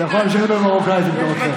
אתה יכול לשיר במרוקאית אם אתה רוצה.